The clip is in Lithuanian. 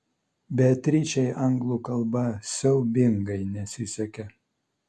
beatričei anglų kalba siaubingai nesisekė